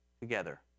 together